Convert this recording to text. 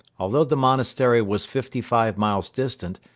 although the monastery was fifty-five miles distant,